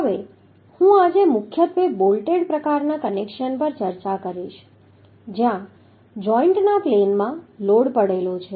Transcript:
હવે હું આજે મુખ્યત્વે બોલ્ટેડ પ્રકારના કનેક્શન પર ચર્ચા કરીશ જ્યાં જોઇન્ટના પ્લેનમાં લોડ પડેલો છે